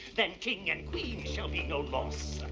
then king and queen shall be no loss.